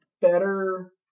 better